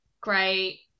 great